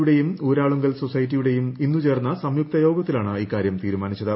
യുടെയും ഊരാളുങ്കൽ സൊസൈറ്റിയുടെയും ഇന്ന് ചേർന്ന സംയുക്ത യോഗത്തിലാണ് ഇക്കാര്യം തീരുമാനിച്ചത്